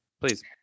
please